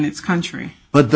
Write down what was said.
its country but the